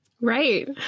Right